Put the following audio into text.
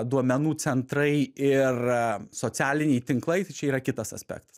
duomenų centrai ir socialiniai tinklai tai čia yra kitas aspektas